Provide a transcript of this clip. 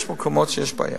יש מקומות שיש בעיה.